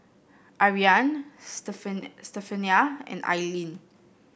Ariane Stephania and Aileen